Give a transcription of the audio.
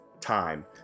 time